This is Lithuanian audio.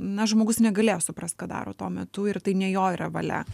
na žmogus negalėjo suprast ką daro tuo metu ir tai ne jo yra valia